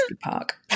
park